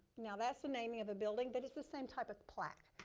now that's the naming of the building but it's the same type of plaque.